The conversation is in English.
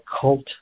cult